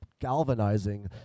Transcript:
galvanizing